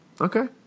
Okay